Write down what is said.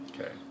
Okay